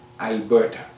Alberta